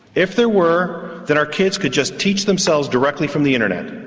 if there were, then our kids could just teach themselves directly from the internet.